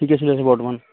ঠিকে চলি আছে দিয়া বৰ্তমান